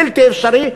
בלתי אפשרי.